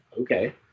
okay